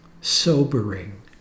sobering